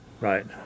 Right